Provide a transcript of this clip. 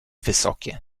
wysokie